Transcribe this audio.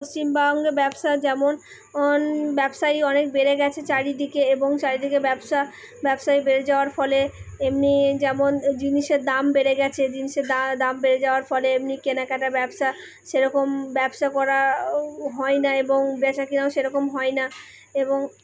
পশ্চিমবঙ্গে ব্যবসার যেমন অন ব্যবসায়ী অনেক বেড়ে গেছে চারিদিকে এবং চারিদিকে ব্যবসা ব্যবসায়ী বেড়ে যাওয়ার ফলে এমনি যেমন জিনিসের দাম বেড়ে গেছে জিনিসের দাম বেড়ে যাওয়ার ফলে এমনি কেনাকাটা ব্যবসা সেরকম ব্যবসা করাও হয় না এবং বেচা কেনাও সেরকম হয় না এবং